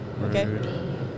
Okay